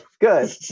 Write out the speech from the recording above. good